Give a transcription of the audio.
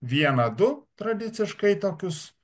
vieną du tradiciškai tokius